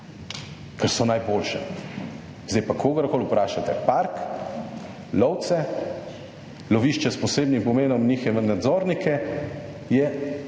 ker so najboljše. Sedaj pa kogarkoli vprašate park, lovce, lovišča s posebnim pomenom, njihove nadzornike je